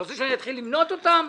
אתה רוצה שאני אתחיל למנות אותם?